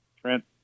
Trent